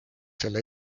selle